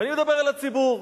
ואני מדבר אל הציבור: